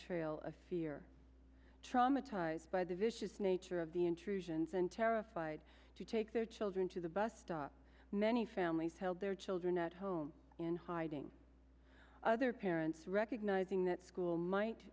trail of fear traumatized by the vicious nature of the intrusions and terrified to take their children to the bus stop many families held their children at home in hiding other parents recognizing that school might